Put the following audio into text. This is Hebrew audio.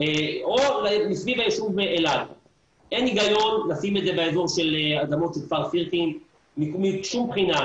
אין היגיון לשים את זה באזור של האדמות של כפר סירקין משום בחינה,